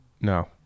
No